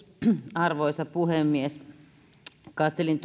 arvoisa puhemies katselin